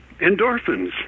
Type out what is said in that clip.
endorphins